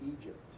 Egypt